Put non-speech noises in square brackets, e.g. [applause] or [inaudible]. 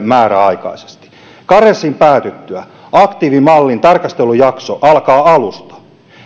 [unintelligible] määräaikaisesti karenssin päätyttyä aktiivimallin tarkastelujakso alkaa alusta